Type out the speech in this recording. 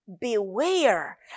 beware